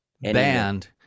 band